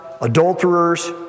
adulterers